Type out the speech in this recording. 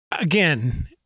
Again